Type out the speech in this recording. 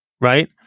right